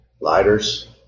lighters